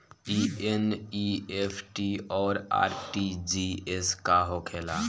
ई एन.ई.एफ.टी और आर.टी.जी.एस का होखे ला?